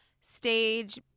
stage